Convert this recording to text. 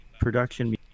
production